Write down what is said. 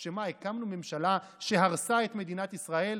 מה, שהקמנו ממשלה שהרסה את מדינת ישראל?